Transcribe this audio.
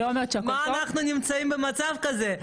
למה אנחנו נמצאים במצב כזה?